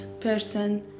person